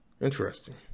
Interesting